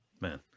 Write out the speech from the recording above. Man